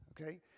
okay